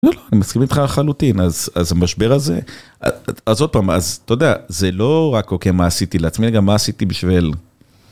אני מסכים איתך חלוטין אז המשבר הזה אז עוד פעם אז אתה יודע זה לא רק אוקיי מה עשיתי לעצמי אלא גם מה עשיתי בשביל...